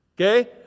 Okay